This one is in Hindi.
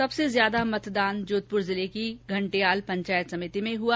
सबसे ज्यादा मतदान जोधपुर जिले की घंटीयाल पंचायत समिति में हुआ